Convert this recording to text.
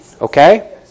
Okay